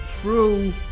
true